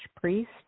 priest